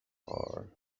are